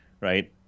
right